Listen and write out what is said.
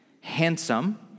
handsome